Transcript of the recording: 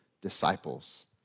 disciples